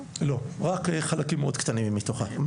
לא, רק חלקים מאוד קטנים מתוכה.